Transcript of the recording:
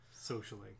socially